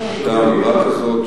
היתה אמירה כזאת,